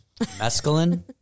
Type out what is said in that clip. Mescaline